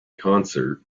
concert